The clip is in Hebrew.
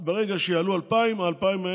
ברגע שיעלו 2,000,